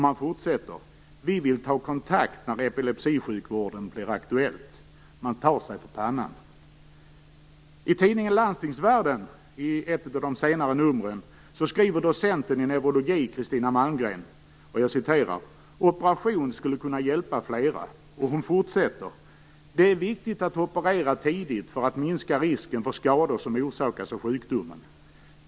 Man fortsätter: "Vi vill ta kontakt när epilepsisjukvården blir aktuell". Man tar sig för pannan. I ett av de senare numren av tidningen Landstingsvärlden skriver docenten i neurologi Kristina Malmgren följande: "Operation skulle kunna hjälpa flera". Hon fortsätter: "Det är viktigt att operera tidigt för att minska risken för skador som orsakas av sjukdomen.